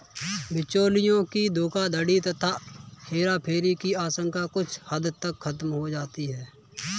बिचौलियों की धोखाधड़ी तथा हेराफेरी की आशंका कुछ हद तक खत्म हो जाती है